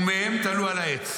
ומהם תלו על העץ".